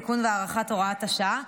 תיקון והארכת הוראת השעה),